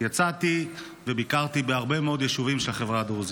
יצאתי וביקרתי בהרבה מאוד יישובים של החברה הדרוזית.